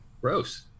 gross